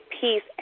peace